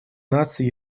наций